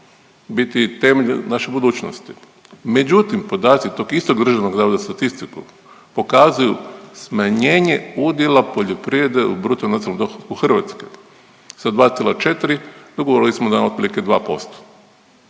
biti temelj naše budućnosti. Međutim, podaci tog istog Državnog zavoda za statistiku pokazuju smanjenje udjela poljoprivrede u bruto nacionalnom dohotku Hrvatske sa 2,4 dogurali smo na otprilike 2%.